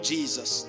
Jesus